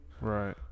Right